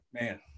man